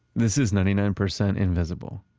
this is ninety nine percent invisible,